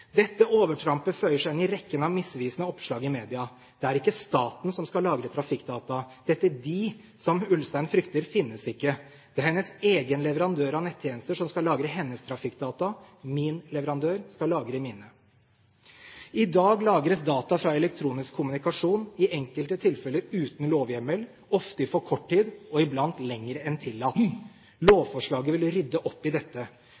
rekken av misvisende oppslag i media. Det er ikke staten som skal lagre trafikkdata. Dette «de» som Ulstein frykter, finnes ikke. Det er hennes egen leverandør av nettjenester som skal lagre hennes trafikkdata. Min leverandør skal lagre mine. I dag lagres data fra elektronisk kommunikasjon i enkelte tilfeller uten lovhjemmel, ofte i for kort tid og iblant lenger enn tillatt. Lovforslaget vil rydde opp i dette.